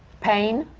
pain.